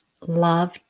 love